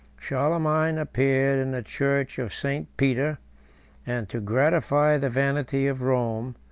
charlemagne appeared in the church of st. peter and, to gratify the vanity of rome,